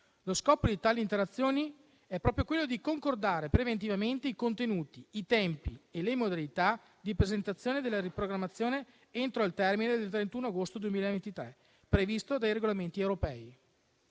Lo scopo di tali interazioni è proprio quello di concordare preventivamente i contenuti, i tempi e le modalità di presentazione della riprogrammazione entro il termine del 31 agosto 2023, previsto dai regolamenti europei.